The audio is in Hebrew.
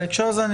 בהקשר הזה,